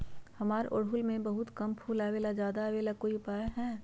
हमारा ओरहुल में बहुत कम फूल आवेला ज्यादा वाले के कोइ उपाय हैं?